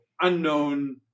unknown